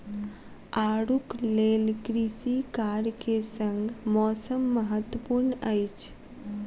आड़ूक लेल कृषि कार्य के संग मौसम महत्वपूर्ण अछि